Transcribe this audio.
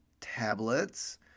tablets